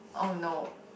!oh no!